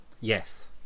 Yes